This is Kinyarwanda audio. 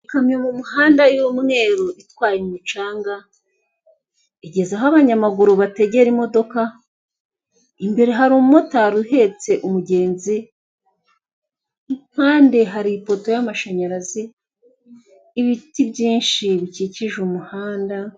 ikamyo mu muhanda y'umweru itwaye umucanga igeze aho abanyamaguru bategera imodoka imere hari umumotari uhetse umugenzi impande hari ipoto y'amashanyarazi ibiti byinshi bikikije umuhanda.